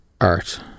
art